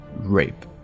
rape